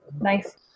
Nice